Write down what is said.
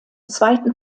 zweiten